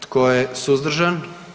Tko je suzdržan?